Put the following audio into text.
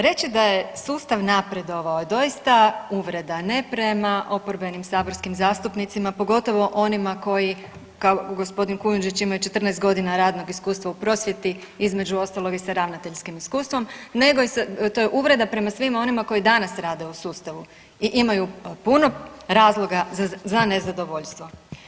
Reći da je sustav napredovao doista uvreda ne prema oporbenim saborskim zastupnicima, pogotovo onima koji g. Kujundžić ima 14 godina radnog iskustva u prosvjeti između ostalog i sa ravnateljskim iskustvo nego to je uvreda prema svima onima koji danas rade u sustavu i imaju puno razloga za nezadovoljstvo.